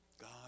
God